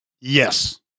Yes